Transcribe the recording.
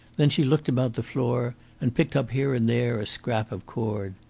then she looked about the floor and picked up here and there a scrap of cord.